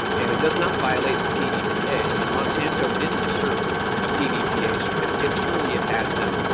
and it does not violate the pvpa. i mean, monsanto didn't assert a pvpa certificate. surely it has them.